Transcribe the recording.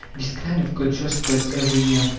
this kind of culture spreads every year,